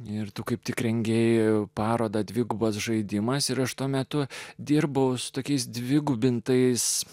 ir tu kaip tik rengė parodą dvigubas žaidimas ir aš tuo metu dirbau su tokiais dvigubinti tais